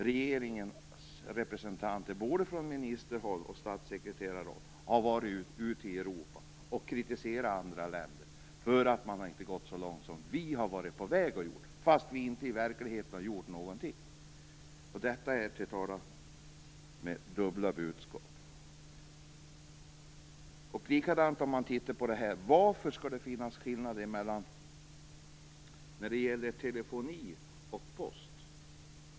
Regeringens representanter från ministerhåll och statssekreterarhåll har varit ute i Europa och kritiserat andra länder för att man inte gått så långt som vi har varit på väg att göra, fastän vi i verkligheten inte gjort någonting. Detta är att komma med dubbla budskap. Varför skall det finnas skillnader när det gäller telefoni och post?